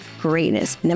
greatness